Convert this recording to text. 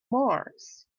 mars